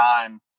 time